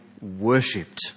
worshipped